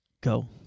Go